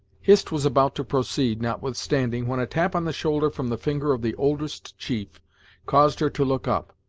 hist was about to proceed, notwithstanding, when a tap on the shoulder from the finger of the oldest chief caused her to look up.